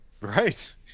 Right